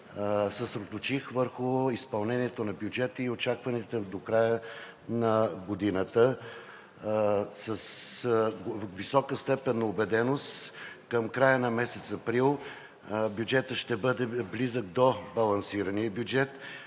съсредоточих върху изпълнението на бюджета и очакванията до края на годината. С висока степен на убеденост към края на месец април бюджетът ще бъде близък до балансирания.